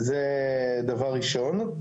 זה דבר ראשון.